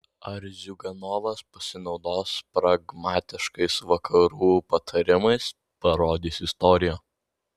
ar ziuganovas pasinaudos pragmatiškais vakarų patarimais parodys istorija